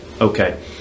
Okay